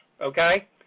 okay